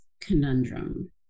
conundrum